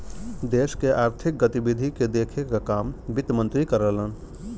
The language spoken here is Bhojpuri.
देश के आर्थिक गतिविधि के देखे क काम वित्त मंत्री करलन